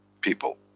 people